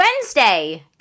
Wednesday